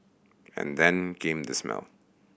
and then came the smell